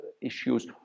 issues